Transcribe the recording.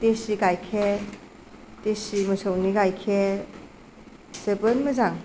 देसि गायखेर देसि मोसौनि गायखेर जोबोद मोजां